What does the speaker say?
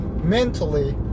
mentally